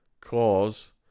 cause